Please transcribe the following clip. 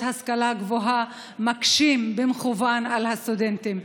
להשכלה גבוהה מקשים במכוון על הסטודנטים.